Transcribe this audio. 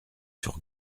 sur